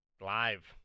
Live